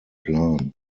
plan